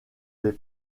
les